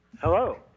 Hello